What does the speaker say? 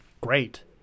Great